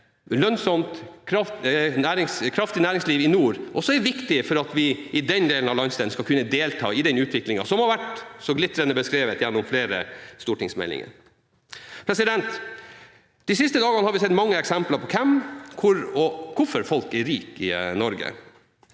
lønnsomt og kraftig næringsliv i nord også er viktig for at vi i den delen av landet skal kunne delta i den utviklingen som har vært så glitrende beskrevet gjennom flere stortingsmeldinger. De siste dagene har vi sett mange eksempler på hvem, hvor og hvorfor folk er rike i Norge.